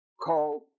called